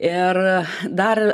ir dar